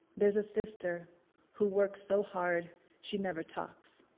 there's a sister who works so hard she never talks.